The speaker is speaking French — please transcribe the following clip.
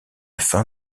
fin